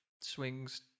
swings